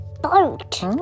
boat